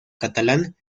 catalán